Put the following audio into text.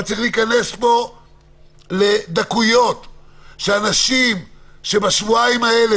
אבל צריך להיכנס לדקויות כי בשבועיים האלה